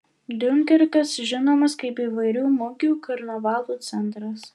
diunkerkas žinomas kaip įvairių mugių karnavalų centras